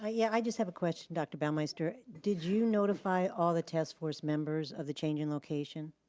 ah yeah, i just have a question dr. bauermeister. did you notify all the task force members of the change in location?